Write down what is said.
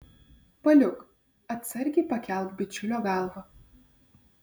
paliuk atsargiai pakelk bičiulio galvą